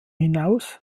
hinaus